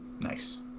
Nice